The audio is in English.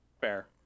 Fair